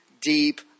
deep